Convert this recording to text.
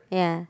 yeah